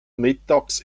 mittags